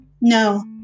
No